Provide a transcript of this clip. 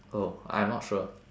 oh I'm not sure